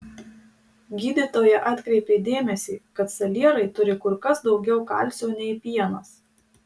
gydytoja atkreipė dėmesį kad salierai turi kur kas daugiau kalcio nei pienas